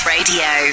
Radio